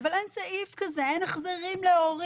אבל אין סעיף כזה, אין החזרים להורים.